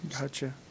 Gotcha